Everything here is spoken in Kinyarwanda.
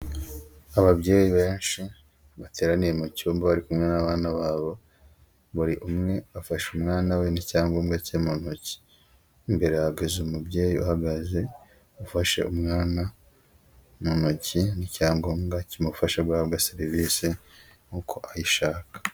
Ababyeyi benshi, bateraniye mu cyumba bari kumwe n'abana babo, buri umwe afashe umwana we n'icyangombwa cye mu ntoki. Imbere hahagaze umubyeyi uhagaze, ufashe umwana mu ntoki n'icyangombwa kimufasha guhabwa serivise nk'uko ayishaka.